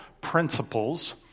principles